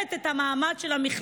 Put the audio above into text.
הולמת את המעמד של המכללה,